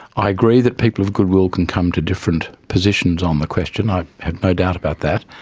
i agree that people of goodwill can come to different positions on the question, i have no doubt about that.